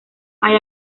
hay